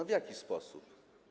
W jaki sposób?